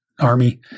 Army